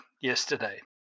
yesterday